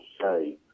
say